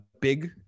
big